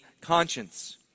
conscience